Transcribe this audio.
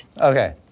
Okay